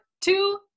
two